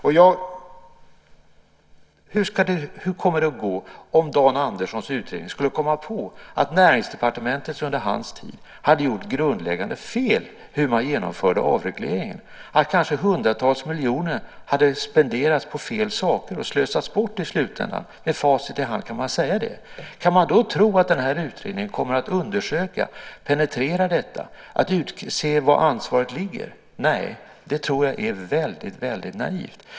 Hur kommer det att gå om Dan Anderssons utredning skulle komma på att Näringsdepartementet under hans tid hade gjort grundläggande fel vad gäller hur man genomförde avregleringarna, att kanske hundratals miljoner hade spenderats på fel saker och slösats bort i slutändan och att man med facit i hand kan säga det? Kan man då tro att det här utredningen kommer att undersöka och penetrera detta och att se efter var ansvaret ligger? Nej, det tror jag är väldigt naivt.